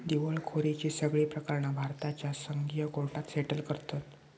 दिवळखोरीची सगळी प्रकरणा भारताच्या संघीय कोर्टात सेटल करतत